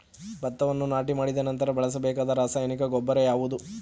ಭತ್ತವನ್ನು ನಾಟಿ ಮಾಡಿದ ನಂತರ ಬಳಸಬೇಕಾದ ರಾಸಾಯನಿಕ ಗೊಬ್ಬರ ಯಾವುದು?